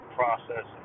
process